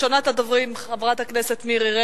הצעות לסדר-היום שמספרן 5283,